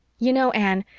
you know, anne,